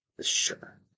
Sure